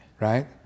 right